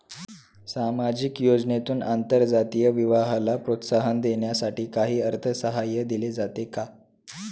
सामाजिक योजनेतून आंतरजातीय विवाहाला प्रोत्साहन देण्यासाठी काही अर्थसहाय्य दिले जाते का?